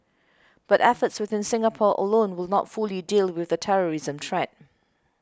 but efforts within Singapore alone will not fully deal with the terrorism threat